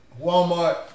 Walmart